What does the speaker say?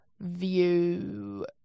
view